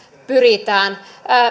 pyritään